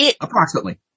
Approximately